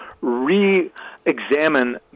re-examine